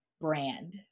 brand